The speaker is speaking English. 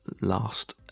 last